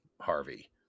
Harvey